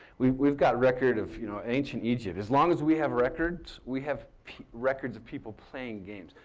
we've we've got record of you know ancient egypt. as long as we have records, we have records of people playing games.